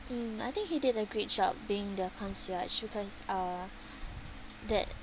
mm I think he did a great job being the concierge because uh that